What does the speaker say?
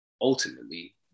ultimately